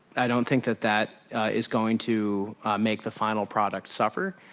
i don't think that that is going to make the final product suffer.